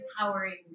empowering